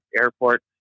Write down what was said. airport